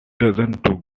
doesn’t